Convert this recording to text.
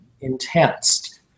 intense